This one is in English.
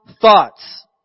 thoughts